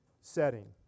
setting